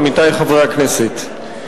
עמיתי חברי הכנסת,